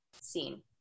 seen